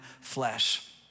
flesh